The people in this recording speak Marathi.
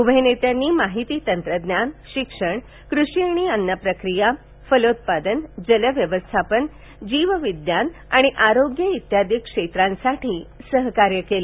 उभय नेत्यांनी माहिती तंत्रज्ञान शिक्षण कृषी आणि अन्न प्रक्रिया फलोत्पादन जल व्यवस्थापन जीव विज्ञान आणि आरोग्य आदी क्षेत्रांसाठी सहकार्य करार केले